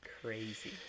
crazy